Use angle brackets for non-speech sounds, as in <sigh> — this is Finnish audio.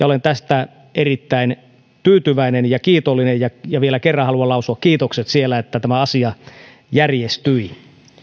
<unintelligible> olen tästä erittäin tyytyväinen ja kiitollinen ja ja vielä kerran haluan lausua kiitokset että tämä asia järjestyi